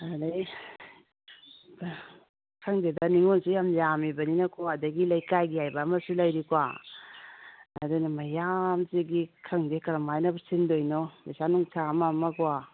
ꯑꯗꯒꯤ ꯈꯪꯗꯦꯗ ꯅꯤꯡꯉꯣꯜꯁꯨ ꯌꯥꯝ ꯌꯥꯝꯂꯤꯕꯅꯤꯅꯀꯣ ꯑꯗꯒꯤ ꯂꯩꯀꯥꯏꯒꯤ ꯍꯥꯏꯕ ꯑꯃꯁꯨ ꯂꯩꯔꯤꯀꯣ ꯑꯗꯨꯅ ꯃꯌꯥꯝ ꯁꯤꯒꯤ ꯈꯪꯗꯦ ꯀꯔꯝ ꯍꯥꯏꯅꯕꯨ ꯁꯤꯟꯗꯣꯏꯅꯣ ꯄꯩꯁꯥ ꯅꯨꯡꯁꯥ ꯑꯃ ꯑꯃꯀꯣ